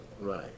Right